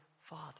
Father